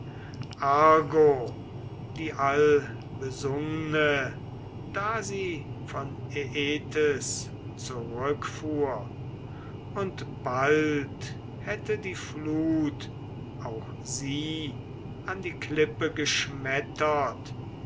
die allbesungne da sie von aietes zurückfuhr und bald hätte die flut auch sie an die klippe geschmettert